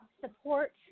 support